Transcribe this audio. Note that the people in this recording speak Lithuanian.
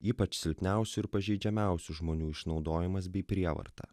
ypač silpniausių ir pažeidžiamiausių žmonių išnaudojimas bei prievarta